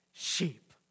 Sheep